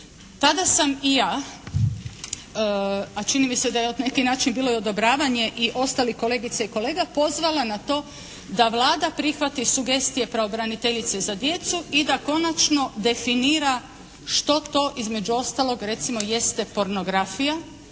Tada sam i ja a čini mi se da je na neki način bilo odobravanje i ostalih kolegica i kolega pozvala na to da Vlada prihvati sugestije pravobraniteljice za djecu i da konačno definira što to između ostalog recimo jeste pornografija